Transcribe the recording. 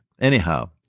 Anyhow